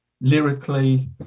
lyrically